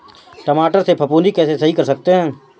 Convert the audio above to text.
टमाटर से फफूंदी कैसे सही कर सकते हैं?